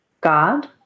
God